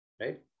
right